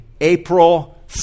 April